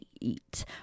eat